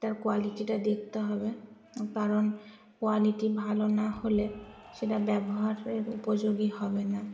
তার কোয়ালিটিটা দেখতে হবে কারণ কোয়ালিটি ভালো না হলে সেটা ব্যবহারের উপযোগী হবে না